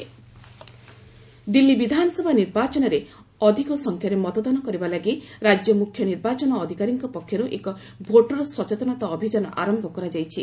Delhi assembly campaign Delhi ବିଧାନସଭା ନିର୍ବାଚନରେ ଅଧିକ ସଂଖ୍ୟାରେ ମତଦାନ କରିବା ଲାଗି ରାଜ୍ୟ ମୁଖ୍ୟ ନିର୍ବାଚନ ଅଧିକାରୀଙ୍କ ପକ୍ଷରୁ ଏକ ଭୋଟର ସଚେତନତା ଅଭିଯାନ ଆରମ୍ଭ କରାଯାଇଛି